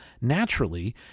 naturally